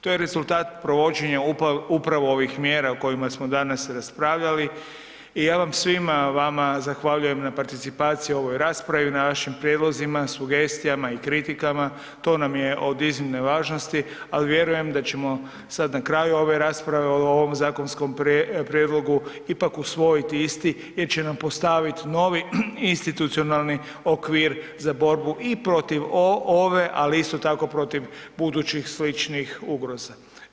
To je rezultat provođenja upravo ovih mjera o kojima smo danas raspravljali i ja vam svima zahvaljujem na participaciji u ovoj raspravi, na vašim prijedlozima, sugestijama i kritikama to nam je od iznimne važnosti, ali vjerujem da ćemo sada na kraju ove rasprave o ovom zakonskom prijedlogu ipak usvojiti isti jer će nam postaviti novi institucionalni okvir za borbu i protiv ove, ali isto tako protiv budućih sličnih ugroza.